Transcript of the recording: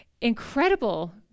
incredible